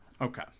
Okay